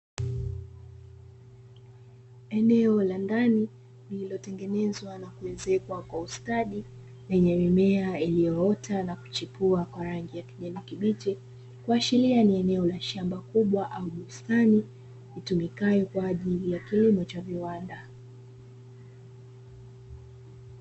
Eneo la ndani lililotengenezwa na kuezekwa kwa ustadi lenye mimea iliyoota na kuchipua kwa rangi ya kijani kibichi, kuashiria ni eneo la shamba kubwa au bustani itumikayo kwaajili ya kilimo cha viwanda.